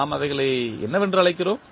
நாம் அவைகளை என்னவென்று அழைக்கிறோம்